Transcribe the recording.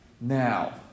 Now